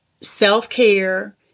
self-care